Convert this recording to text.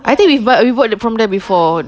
I think we bu~ we bought from there before